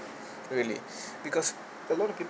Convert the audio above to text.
really because a lot of people